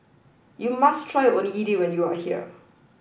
you must try Onigiri when you are here